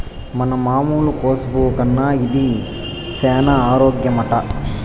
మన మామూలు కోసు పువ్వు కన్నా ఇది సేన ఆరోగ్యమట